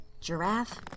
Giraffe